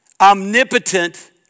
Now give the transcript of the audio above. omnipotent